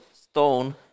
stone